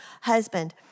husband